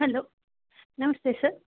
hello ನಮಸ್ತೆ sir